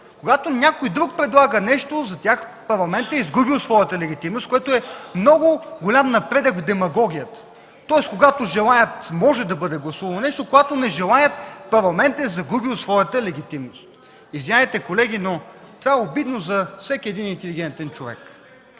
Когато някой друг предлага нещо, за тях Парламентът е изгубил своята легитимност, което е много голям напредък в демагогията. Тоест, когато желаят, може да бъде гласувано нещо, когато не желаят, Парламентът е загубил своята легитимност. Извинявайте, колеги, но това е обидно за всеки интелигентен човек.